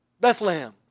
Bethlehem